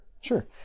sure